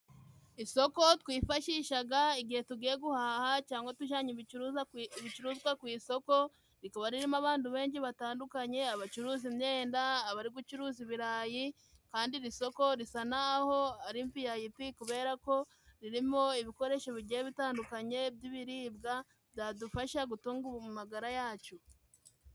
Isoko twifashishaga igihe tugiye guhaha cyangwa tujyanye ibicuruzwa ku isoko. Rikaba ririmo abandu benshi batandukanye bacuruza imyenda. Abari gucuruza ibirayi, kandi iri soko risa n'aho ari viyayipi kubera ko ririmo ibikoresho bigiye bitandukanye by'ibiribwa byadufasha gutunga amagara yacu.